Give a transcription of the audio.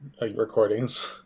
recordings